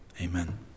amen